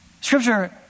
Scripture